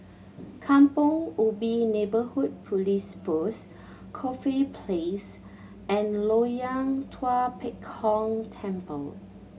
Kampong Ubi Neighbourhood Police Post Corfe Place and Loyang Tua Pek Kong Temple